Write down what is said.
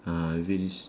ah if it is